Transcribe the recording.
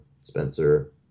Spencer